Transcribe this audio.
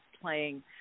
playing –